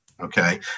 Okay